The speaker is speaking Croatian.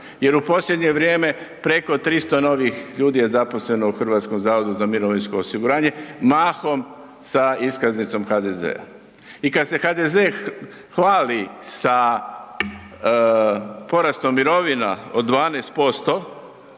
jer u posljednje vrijeme preko 300 novih ljudi je zaposleno u HZMO, mahom sa iskaznicom HDZ-a. I kad se HDZ hvali sa porastom mirovina od 12%